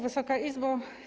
Wysoka Izbo!